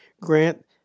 grant